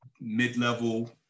mid-level